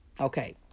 okay